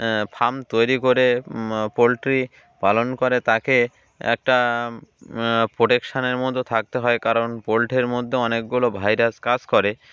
farm তৈরি করে poultry পালন করে তাকে একটা প্রোটেকশানের মতো থাকতে হয় কারণ পোলট্রির মধ্যে অনেকগুলো ভাইরাস কাজ করে